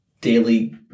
daily